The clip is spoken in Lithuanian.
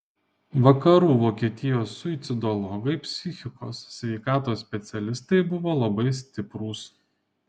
vakarų vokietijos suicidologai psichikos sveikatos specialistai buvo labai stiprūs